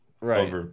right